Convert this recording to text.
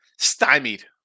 stymied